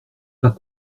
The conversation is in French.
pas